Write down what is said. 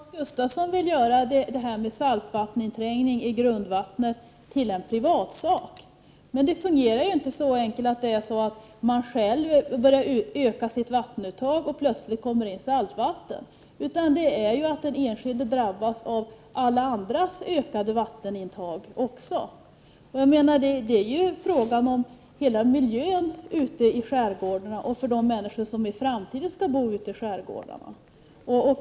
Herr talman! Hans Gustafsson vill göra detta med saltvatteninträngning i grundvattnet till en privatsak. Men det fungerar ju inte så enkelt att man själv börjar öka sitt vattenuttag och det plötsligt kommer in saltvatten, utan den enskilde drabbas också av alla andras ökade vattenuttag. Det är fråga om hela miljön ute i skärgårdarna och miljön för de människor som i framtiden skall bo i skärgårdarna.